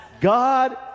God